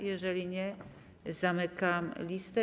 Jeżeli nie, zamykam listę.